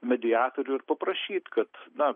mediatorių ir paprašyt kad na